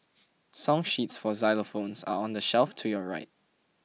song sheets for xylophones are on the shelf to your right